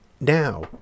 now